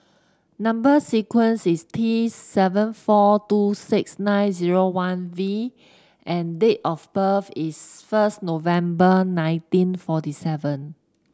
number sequence is T seven four two six nine zero one V and date of birth is first November nineteen forty seven